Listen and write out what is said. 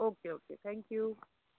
okay okay thank you